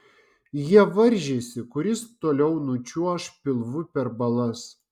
jie varžėsi kuris toliau nučiuoš pilvu per balas